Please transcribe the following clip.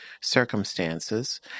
circumstances